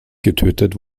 getötet